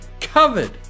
Covered